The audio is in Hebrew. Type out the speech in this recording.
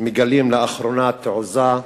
מגלים לאחרונה תעוזה,